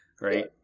Right